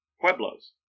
Pueblos